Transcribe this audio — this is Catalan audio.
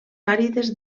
àrides